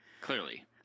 Clearly